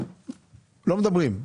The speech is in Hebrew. לא מדברים,